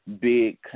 big